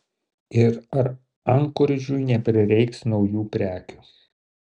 ir ar ankoridžui neprireiks naujų prekių